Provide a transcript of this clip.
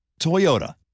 Toyota